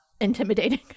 intimidating